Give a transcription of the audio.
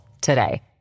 today